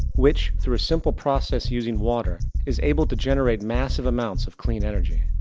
which, through a simple process using water, is able to generate massive amounts of clean energy.